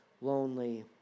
lonely